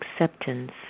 acceptance